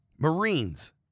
Marines